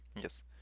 yes